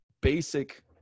basic